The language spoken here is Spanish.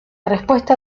respuesta